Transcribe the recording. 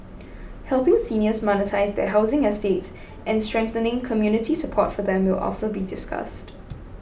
helping seniors monetise their housing assets and strengthening community support for them will also be discussed